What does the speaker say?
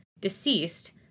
deceased